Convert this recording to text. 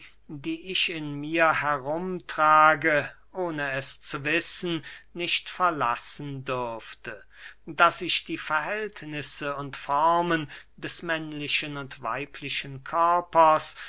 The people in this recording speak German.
die ich in mir herumtrage ohne es zu wissen nicht verlassen dürfte daß ich die verhältnisse und formen des männlichen und weiblichen körpers